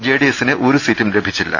ജെഡിഎസിന് ഒരു സീറ്റും ലഭിച്ചില്ല